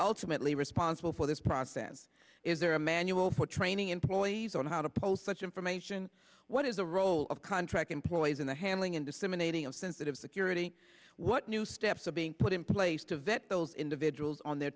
ultimately responsible for this process is there a manual for training employees on how to post such information what is the role of contract employees in the handling and disseminating of sensitive security what new steps are being put in place to vet those individuals on their